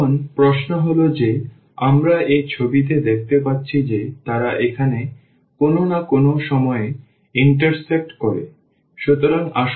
এখন প্রশ্ন হল যে আমরা এই ছবিতে দেখতে পাচ্ছি যে তারা এখানে কোনও না কোনও সময়ে ইন্টারসেক্ট করে